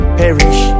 perish